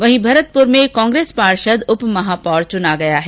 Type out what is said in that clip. वहीं भरतपुर में कांग्रेस पार्षद उप महापौर चुना गया है